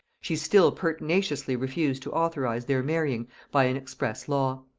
she still pertinaciously refused to authorize their marrying by an express law.